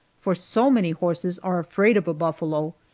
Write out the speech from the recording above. for so many horses are afraid of a buffalo,